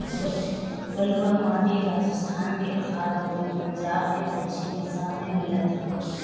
बलुई माटी राजस्थान के थार अउरी पंजाब के दक्खिन हिस्सा में मिलत हवे